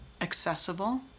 accessible